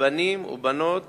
בנים ובנות